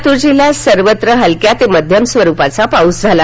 लातूर जिल्ह्यात सर्वत्र हलक्या ते मध्यम स्वरुपाचा पाऊस झाला